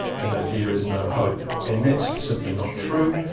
you know there is no hope. and that's simply not true,